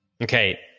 Okay